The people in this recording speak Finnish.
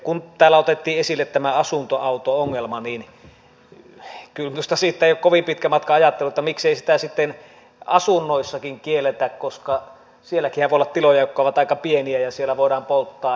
kun täällä otettiin esille tämä asuntoauto ongelma niin siitä ei ole kovin pitkä matka ajatteluun että miksei sitä sitten asunnoissakin kielletä koska sielläkinhän voi olla tiloja jotka voivat olla aika pieniä ja siellä voidaan polttaa